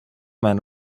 man